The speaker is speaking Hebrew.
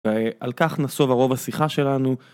ועל כך נסובה רוב השיחה שלנו.